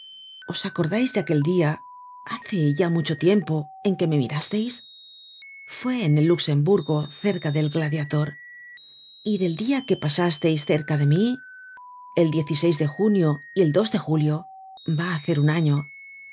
os acordais de aquel dia hace ya mucho tiempo en que me mirásteis fue en el luxemburgo cerca del gladiador y del dia que pasásteis cerca de mí el de junio y el de julio va á hacer un año